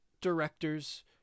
directors